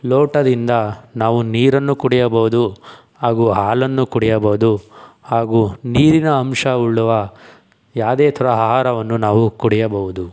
ಲೋಟದಿಂದ ನಾವು ನೀರನ್ನು ಕುಡಿಯಬಹುದು ಹಾಗೂ ಹಾಲನ್ನು ಕುಡಿಯಬಹುದು ಹಾಗೂ ನೀರಿನ ಅಂಶವುಳ್ಳವ ಯಾವ್ದೇ ಥರ ಆಹಾರವನ್ನು ನಾವು ಕುಡಿಯಬಹುದು